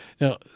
Now